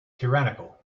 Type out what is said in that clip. tyrannical